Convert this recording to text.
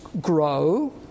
grow